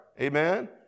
Amen